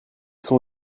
son